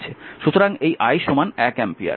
সুতরাং এই i 1 ampere